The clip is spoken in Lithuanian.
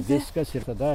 viskas ir tada